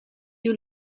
your